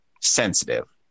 sensitive